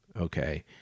okay